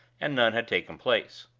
and none had taken place.